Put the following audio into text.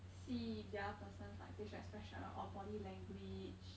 see the other person's like facial expression or body language